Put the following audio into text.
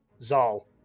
zal